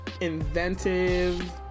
inventive